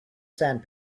sand